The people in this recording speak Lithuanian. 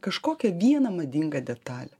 kažkokią vieną madingą detalę